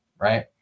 right